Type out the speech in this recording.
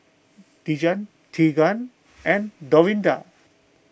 Deegan Teagan and Dorinda